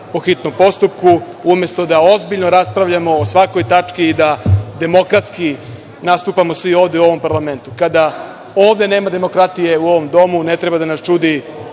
po hitnom postupku, umesto da ozbiljno raspravljamo o svakoj tački i da demokratski nastupamo svi ovde u ovom Parlamentu. Kada ovde nema demokratije, u ovom Domu, ne treba da nas čudi